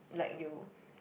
like you